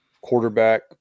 quarterback